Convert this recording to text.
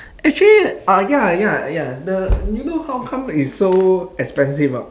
actually ah ya ya ya the you know how come is so expensive or not